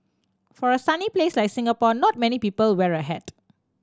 for a sunny place like Singapore not many people wear a hat